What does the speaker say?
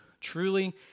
Truly